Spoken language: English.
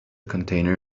container